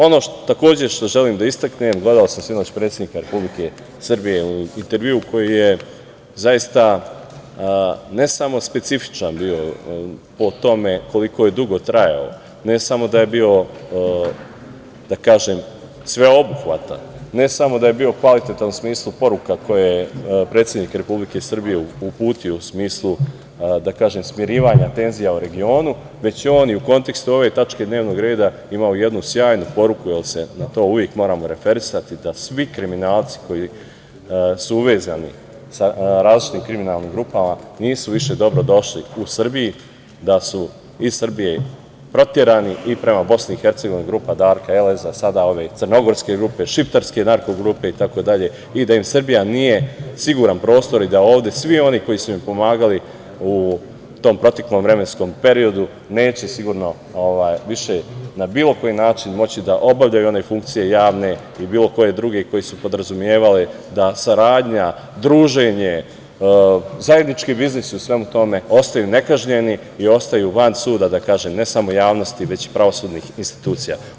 Ono što takođe želim da istaknem, gledao sam sinoć predsednika Republike Srbije u intervjuu koji je, zaista, ne samo specifičan po tome koliko je dugo trajao, ne samo da je bio, da kažem, sveobuhvatan, ne samo da je bio kvalitetan u smislu poruka koje je predsednik Republike Srbije uputio u smislu, da kažem, smirivanja tenzija u regionu, već je on u kontekstu ove tačke dnevnog reda imao jednu sjajnu poruku, jer se na to uvek moramo referisati, da svi kriminalci koji su uvezani sa različitim kriminalnim grupama nisu više dobrodošli u Srbiji, da su iz Srbije proterani, i prema BiH grupa Darka Eleza, sada ove crnogorske grupe, šiptarske narko grupe itd, i da im Srbija nije siguran prostor i da ovde svi oni koji su im pomagali u tom proteklom vremenskom periodu neće sigurno više na bilo koji način moći da obavljaju one funkcije javne i bilo koje druge, koje su podrazumevale da saradnja, druženje, zajednički biznis u svemu tome, ostaju nekažnjeni i ostaju van suda, ne samo javnosti, već i pravosudnih institucija.